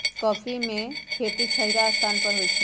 coffee में खेती छहिरा स्थान पर होइ छइ